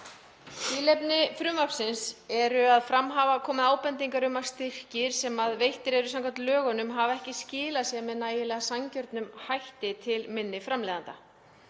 Tilefni frumvarpsins er að fram hafa komið ábendingar um að styrkir sem veittir eru samkvæmt lögunum hafi ekki skilað sér með nægilega sanngjörnum hætti til minni framleiðanda.